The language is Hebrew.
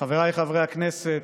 חבריי חברי הכנסת,